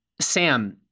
Sam